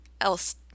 else